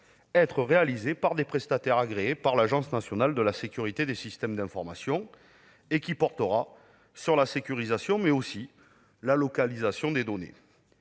être réalisé par des prestataires agréés par l'Agence nationale de la sécurité des systèmes d'information et qui portera tant sur la sécurisation que sur la localisation des données.